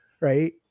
Right